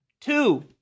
Two